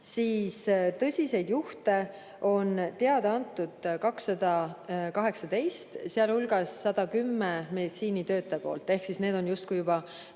siis tõsiseid juhte on teada antud 218, sealhulgas 110 meditsiinitöötajate poolt. Need on justkui juba